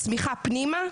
צמיחה פנימה,